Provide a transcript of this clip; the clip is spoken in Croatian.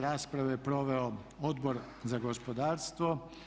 Raspravu je proveo Odbor za gospodarstvo.